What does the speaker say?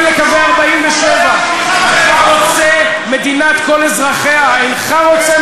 לקווי 47'. אתה רוצה מדינת כל אזרחיה,